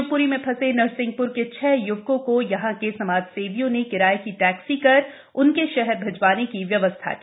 शिवपूरी में फंसे नरसिंहपुर के छह यूवकों को यहाँ के समाजसेवियों ने किराए की टैक्सी कर उनके शहर भिजवाने की व्यवस्था की